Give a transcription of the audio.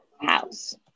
house